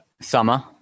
summer